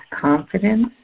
confidence